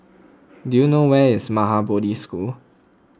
do you know where is Maha Bodhi School